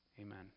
Amen